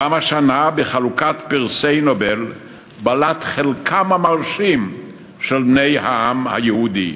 גם השנה בלט בחלוקת פרסי נובל חלקם המרשים של בני העם היהודי,